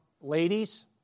ladies